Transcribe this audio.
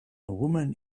woman